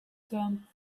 done